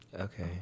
Okay